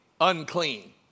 unclean